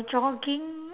jogging